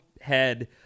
head